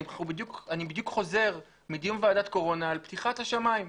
אני בדיוק חוזר מדיון בוועדת הקורונה על פתיחת השמים,